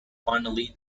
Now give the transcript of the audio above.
finally